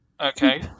Okay